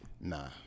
Nah